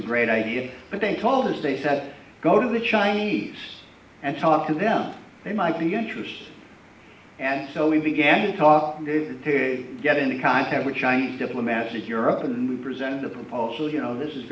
a great idea but they told us they said go to the chinese and talk to them they might be interested and so we began to talk to get into contact with chinese diplomats in europe and we presented the proposal you know this is